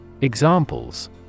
Examples